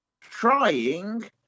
trying